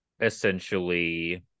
essentially